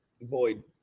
Boyd